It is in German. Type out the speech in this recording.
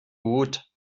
gut